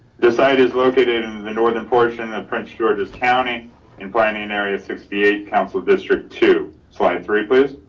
this site is located in the northern portion of prince george's county in planning area of sixty eight council district two. slide three, please.